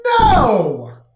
No